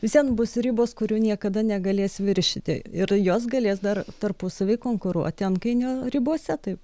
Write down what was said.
vis vien bus ribos kurių niekada negalės viršyti ir jos galės dar tarpusavy konkuruoti antkainio ribose taip